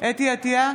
חוה אתי עטייה,